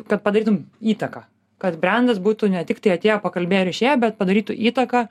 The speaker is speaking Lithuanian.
kad padarytum įtaką kad brendas būtų ne tiktai atėjo pakalbėjo ir išėjo bet padarytų įtaką